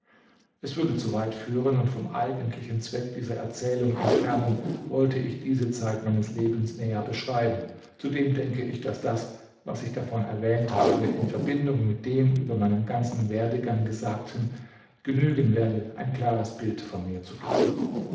es würde zu weit führen und vom eigentlichen zweck dieser erzählung entfernen wollte ich diese zeit meines lebens näher beschreiben zudem denke ich daß das was ich davon erwähnt habe in verbindung mit dem über meinen ganzen werdegang gesagten genügen werde ein klares bild von mir zu geben